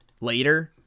later